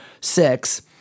six